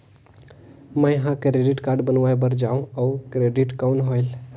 मैं ह कहाँ क्रेडिट कारड बनवाय बार जाओ? और क्रेडिट कौन होएल??